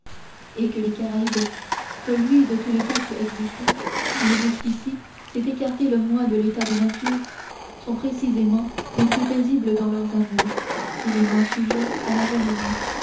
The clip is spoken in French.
et que les caraïbes celui de tous les peuples existants qui jusqu'ici s'est écarté le moins de l'état de nature sont précisément les plus paisibles dans leurs amours et les moins sujets à la jalousie